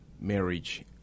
marriage